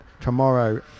tomorrow